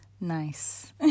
Nice